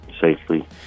safely